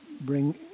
bring